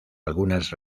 algunas